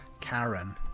Karen